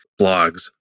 blogs